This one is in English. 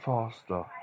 Faster